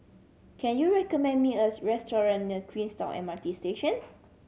can you recommend me a restaurant near Queenstown M R T Station